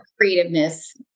creativeness